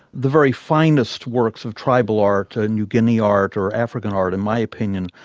the very finest works of tribal art, ah new guinea art, or african art in my opinion,